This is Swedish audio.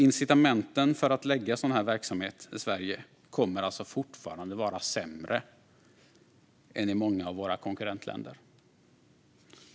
Incitamenten för att lägga sådan här verksamhet i Sverige kommer alltså fortfarande att vara sämre än i många av våra konkurrentländer.